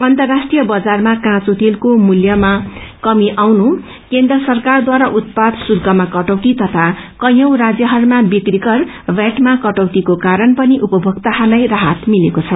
अर्न्तराष्ट्रिय कजारमा काँचो तेलको मूल्यहरू मा कमी आउनु केन्द्र सरकारद्वारा उत्पादा श्रुल्कमा कटौती तथा कैयौं राज्यहरूमा विक्री करमा कटौतीको कारण पनि उनमोक्ताहरूलाई राहत मिलेको छ